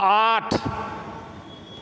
आठ